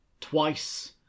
twice